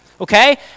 okay